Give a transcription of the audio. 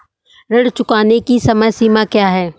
ऋण चुकाने की समय सीमा क्या है?